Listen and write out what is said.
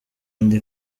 ndi